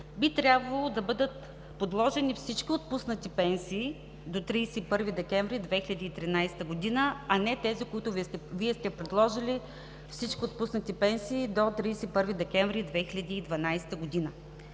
би трябвало да бъдат подложени всички отпуснати пенсии до 31 декември 2013 г., а не тези, които Вие сте предложили – всички отпуснати пенсии до 31 декември 2012 г.